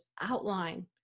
outline